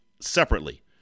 separately